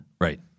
Right